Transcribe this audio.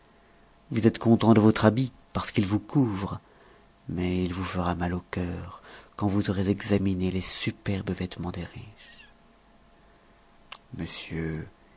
vous êtes content de votre habit parce qu'il vous couvre mais il vous fera mal au cœur quand vous aurez examiné les superbes vêtements des riches monsieur